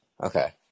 Okay